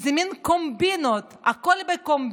זה מין קומבינות, הכול בקומבינות.